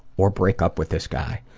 or break up with this guy.